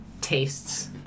tastes